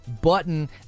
button